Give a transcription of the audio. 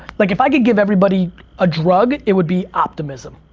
like if i could give everybody a drug it would be optimism.